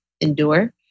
endure